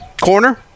Corner